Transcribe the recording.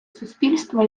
суспільство